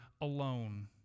alone